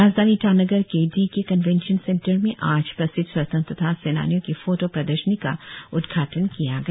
राजधानी ईटानगर के D K convention centre में आज प्रसिद्ध स्वतंत्रता सेनानियों के फोटो प्रदर्शनियां का उद्घाटन किया गया